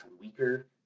weaker